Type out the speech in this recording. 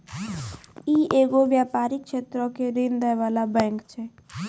इ एगो व्यपारिक क्षेत्रो के ऋण दै बाला बैंक छै